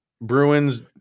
Bruins